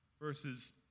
verses